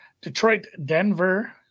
Detroit-Denver